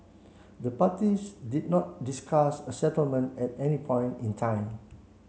the parties did not discuss a settlement at any point in time